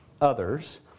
others